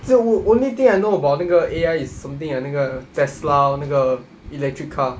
the o~ only thing I know about 那个 A_I is something ah 那个 Tesla 那个 electric car